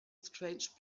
strange